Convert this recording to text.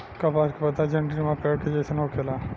कपास के पौधा झण्डीनुमा पेड़ के जइसन होखेला